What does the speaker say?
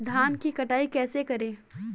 धान की कटाई कैसे करें?